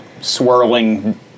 swirling